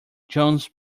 jones